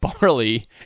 barley